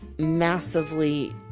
Massively